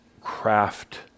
craft